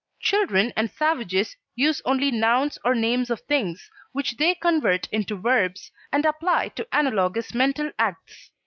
children and savages use only nouns or names of things, which they convert into verbs, and apply to analogous mental acts.